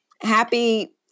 Happy